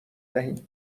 دهیم